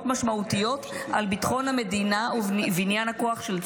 משמעותיות על ביטחון המדינה ובניין הכוח של צה"ל,